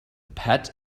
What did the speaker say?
pat